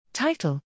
Title